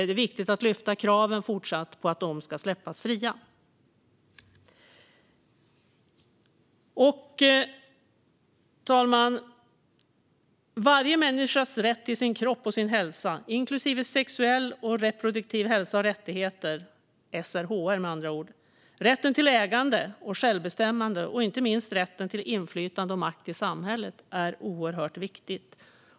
Det är viktigt att fortsatt lyfta kraven på att de ska släppas fria. Herr talman! Varje människas rätt till sin kropp och sin hälsa, inklusive sexuell och reproduktiv hälsa och rättigheter - med andra ord SRHR -, rätten till ägande och självbestämmande och inte minst rätten till inflytande och makt i samhället, är oerhört viktiga.